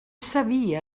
sabia